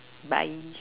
bye